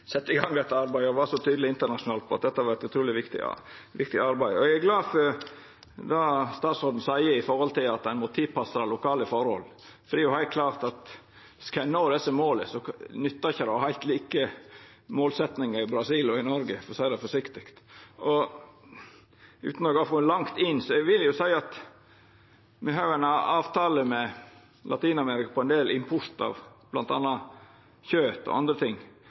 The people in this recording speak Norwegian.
sette i gang dette arbeidet og var så tydeleg internasjonalt på at dette var eit utruleg viktig arbeid. Eg er glad for det statsråden seier om at ein må tilpassa det til lokale forhold, for det er heilt klart at skal ein nå desse måla, nyttar det ikkje å ha heilt like målsetjingar i Brasil og Noreg, for å seia det forsiktig. Utan å gå for langt inn i det vil eg seia at me jo har ein avtale med Latin-Amerika om ein del import av kjøt og andre ting,